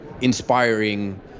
inspiring